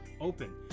open